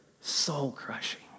soul-crushing